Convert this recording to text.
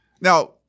Now